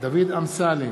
דוד אמסלם,